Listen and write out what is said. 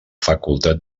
facultat